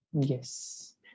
Yes